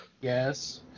Yes